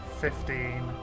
fifteen